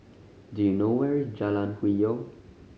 do you know where is Jalan Hwi Yoh